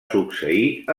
succeir